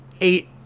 Eight